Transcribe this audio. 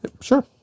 Sure